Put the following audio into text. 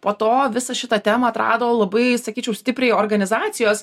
po to visą šitą temą atrado labai sakyčiau stipriai organizacijos